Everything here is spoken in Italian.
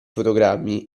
fotogrammi